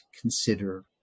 consider